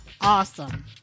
awesome